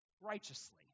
righteously